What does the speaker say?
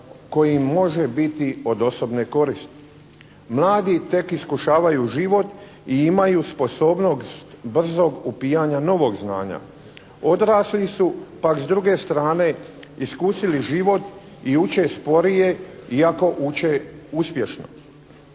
koji im može biti od osobne koristi. Mladi tek iskušavaju život i imaju sposobnost brzog upijanja novog znanja. Odrasli su pak s druge strane iskusili život i uče sporije iako uče uspješno.